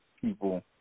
people